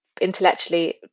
intellectually